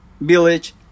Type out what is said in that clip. village